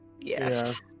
Yes